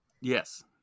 Yes